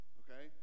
okay